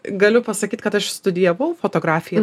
galiu pasakyt kad aš studijavau fotografiją